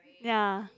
ya